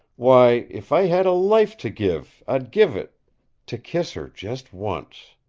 why, if i had a life to give, i'd give it to kiss her just once!